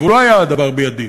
אבל לא היה הדבר בידי.